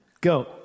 Go